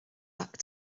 back